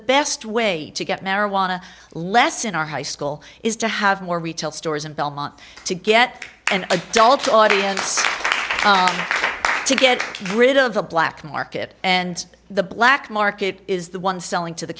best way to get marijuana less in our high school is to have more retail stores and belmont to get an adult audience to get rid of the black market and the black market is the one selling to the